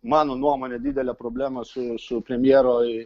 mano nuomone didelę problemą su su premjerui